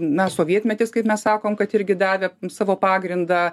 na sovietmetis kaip mes sakom kad irgi davė savo pagrindą